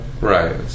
Right